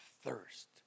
thirst